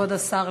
כבוד השר,